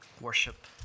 worship